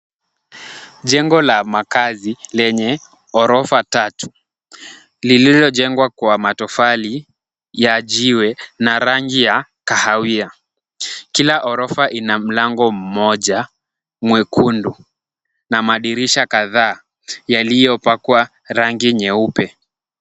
Jengo la makazi lenye ghorofa tatu, lililojengwa kwa matofali ya jiwe na rangi ya kahawia. Kila ghorofa ina mlango mmoja mwekundu na madirisha kadhaa yaliyopakwa rangi nyeupe.